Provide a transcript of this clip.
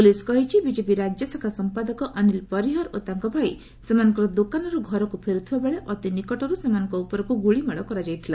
police କହିଛି BJP ରାଜ୍ୟ ଶାଖା ସମ୍ପାଦକ ଅନୀଲ ପରିହର ଓ ତାଙ୍କ ଭାଇ ସେମାନଙ୍କର ଦୋକାନରୁ ଘରକୁ ଫେରୁଥିବା ବେଳେ ଅତି ନିକଟରୁ ସେମାନଙ୍କ ଉପରକୁ ଗୁଳିମାଡ଼ କରାଯାଇଥିଲା